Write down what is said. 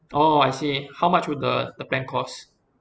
oh I see how much would the the plan cost